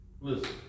listen